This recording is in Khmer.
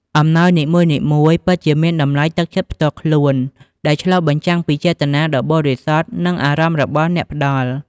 អំណោយនីមួយៗពិតជាមាន តម្លៃទឹកចិត្តផ្ទាល់ខ្លួន ដែលឆ្លុះបញ្ចាំងពីចេតនាដ៏បរិសុទ្ធ និងអារម្មណ៍របស់អ្នកផ្ដល់។